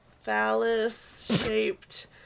phallus-shaped